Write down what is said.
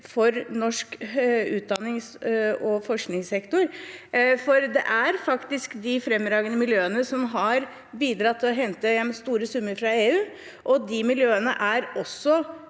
for norsk utdannings- og forskningssektor, for det er faktisk de fremragende miljøene som har bidratt til å hente hjem store summer fra EU, og de miljøene er også